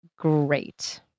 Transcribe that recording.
great